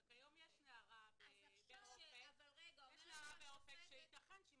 אבל כיום יש נערה ב'אופק' שייתכן שאם